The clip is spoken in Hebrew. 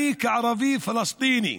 אני, כערבי-פלסטיני,